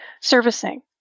servicing